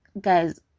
guys